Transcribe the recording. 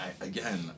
Again